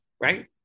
right